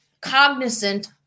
cognizant